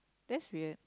that's weird